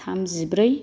थामजिब्रै